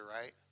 right